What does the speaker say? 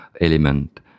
element